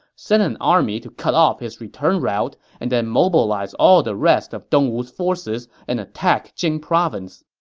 send an army to cut off his return route, and then mobilize all the rest of dongwu's forces and attack jing province.